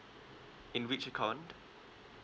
in which account